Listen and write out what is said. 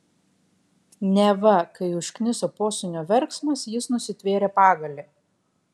neva kai užkniso posūnio verksmas jis nusitvėrė pagalį